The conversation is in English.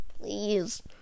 Please